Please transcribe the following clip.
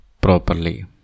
properly